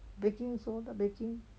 baking soda baking